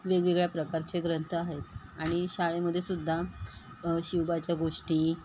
वेगवेगळ्या प्रकारचे ग्रंथ आहेत आणि शाळेमध्ये सुद्धा शिवबाच्या गोष्टी